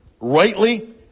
rightly